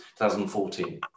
2014